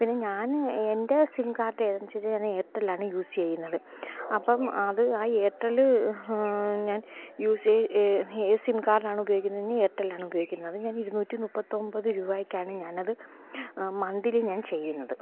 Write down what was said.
പിന്നെ ഞാൻ എൻറെ സിം കാർഡ് ഏതെന്ന് ചോദിച്ചാൽ ഞാൻ എയർട്ടലാണ് യൂസ് ചെയ്യുന്നത് അപ്പം അത് ആ എയർടെല് ഞാൻ യൂസ് ഏത് സിം കാർഡ് ആണ് ഉപയോഗിക്കുന്നതെന്ന് പറഞ്ഞാൽ ഐർട്ടലാണ് ഉപയോഗിക്കുന്നത് ഞാൻ ഇരുന്നൂറ്റി മുപ്പത്തൊൻപത് രൂപായ്ക്കാണ് ഞാനത് മന്തിലി ഞാൻ ചെയ്യുന്നത്